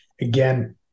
Again